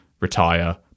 retire